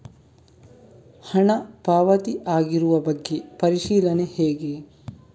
ಹಣ ಪಾವತಿ ಆಗಿರುವ ಬಗ್ಗೆ ಪರಿಶೀಲನೆ ಹೇಗೆ?